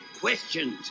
questions